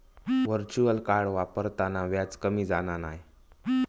virtual card वापरताना व्याज कमी जाणा नाय